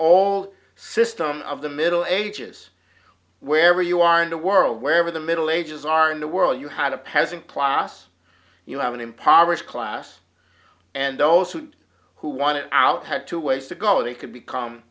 l system of the middle ages wherever you are in the world wherever the middle ages are in the world you have a peasant class you have an impoverished class and those who do who want out had two ways to go they could become